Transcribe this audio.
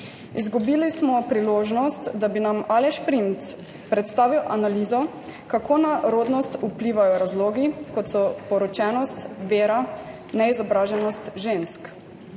Izgubili smo priložnost, da bi nam Aleš Primc predstavil analizo, kako na rodnost vplivajo razlogi, kot so poročenost, vera, neizobraženost žensk.